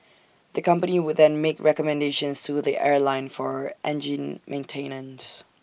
the company would then make recommendations to the airline for engine maintenance